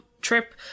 trip